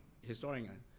historian